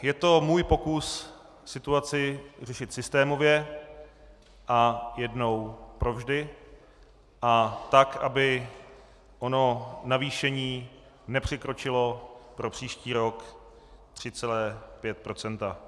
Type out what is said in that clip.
Je to můj pokus situaci řešit systémově a jednou provždy a tak, aby ono navýšení nepřekročilo pro příští rok 3,5 %.